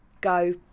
go